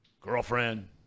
girlfriend